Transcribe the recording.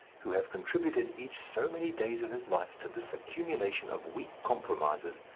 who have contributed each so many days of his life to this accumulation of weak compromises,